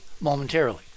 momentarily